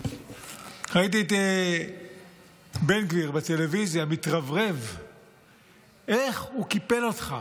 ראיתי את בן גביר בטלוויזיה מתרברב איך הוא קיפל אותך,